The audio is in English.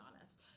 honest